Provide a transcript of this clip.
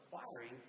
acquiring